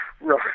Right